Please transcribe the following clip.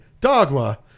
Dogma